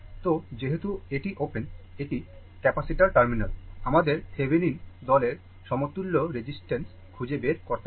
তো যেহেতু এটি ওপেন এটি ক্যাপাসিটার টার্মিনাল আমাদের Thevenin দলের সমতুল্য রেসিস্ট্যান্স খুঁজে বের করতে হবে